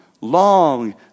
long